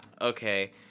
Okay